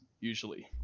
Usually